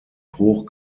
hoch